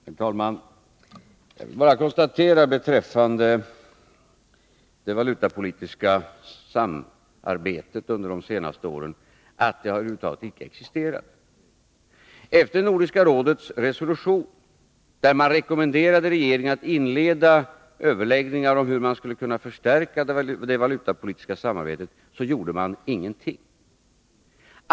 Herr talman! Jag vill bara konstatera beträffande det valutapolitiska samarbetet under de senaste åren att det över huvud taget icke har existerat. Efter Nordiska rådets resolution, där man rekommenderade regeringarna att inleda överläggningar om hur man skulle kunna förstärka det valutapolitiska samarbetet, har det inte gjorts någonting.